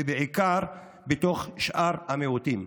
ובעיקר בתוך שאר המיעוטים.